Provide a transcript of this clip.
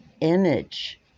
image